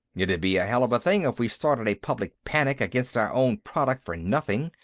it'd be a hell of a thing if we started a public panic against our own product for nothing.